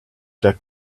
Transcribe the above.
take